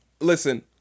Listen